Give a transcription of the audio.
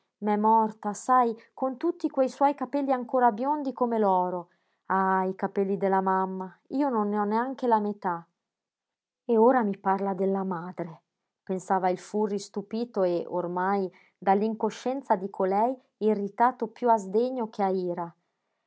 poverina m'è morta sai con tutti quei suoi capelli ancora biondi come l'oro ah i capelli della mamma io non ne ho neanche la metà e ora mi parla della madre pensava il furri stupito e ormai dall'incoscienza di colei irritato piú a sdegno che